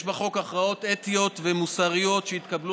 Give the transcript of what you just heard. יש בחוק הכרעות אתיות ומוסריות שהתקבלו